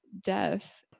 death